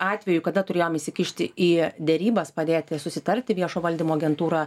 atvejų kada turėjom įsikišti į derybas padėti susitarti viešo valdymo agentūra